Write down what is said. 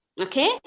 Okay